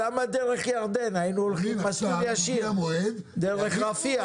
למה דרך ירדן, היינו בסוף ישיר דרך רפיח.